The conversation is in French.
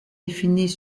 définis